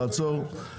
תעצור.